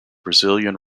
brazilian